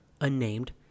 unnamed